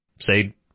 say